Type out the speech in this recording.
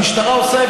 כשהמשטרה עושה,